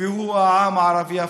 והוא העם הערבי הפלסטיני.